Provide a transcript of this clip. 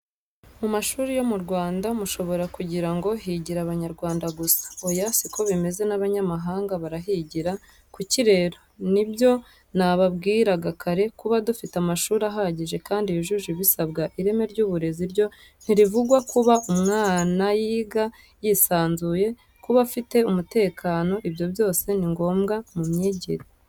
Mu mashuri yo mu Rwanda mushobora kugira ngo higira Abanyarwanda gusa. Oya siko bimeze n'abanyamahanga barahigira, kuki rero? Nibyo nababwiraga kare kuba dufite amashuri ahagije kandi yujuje ibisabwa, ireme ry'uburezi ryo ntirivugwa kuba umwana yiga yisanzuye, kuba afite umutekano ibyo byose ni ngombwa mumyigire.